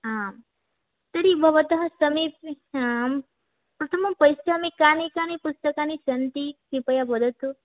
आं तर्हि भवतः समीपे आं प्रथमं पश्यामि कानि कानि पुस्तकानि सन्ति कृपया वदतु